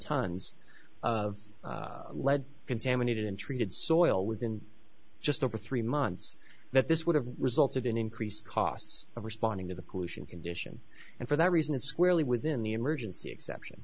tons of lead contaminated untreated soil within just over three months that this would have resulted in increased costs of responding to the pollution condition and for that reason squarely within the emergency exception